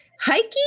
hiking